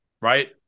right